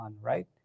right